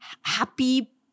happy